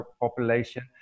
population